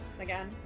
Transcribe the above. Again